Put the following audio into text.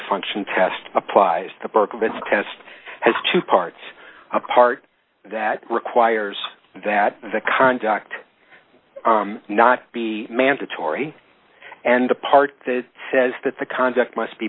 function test applies to berkovitz test has two parts a part that requires that the conduct not be mandatory and the part that says that the conduct must be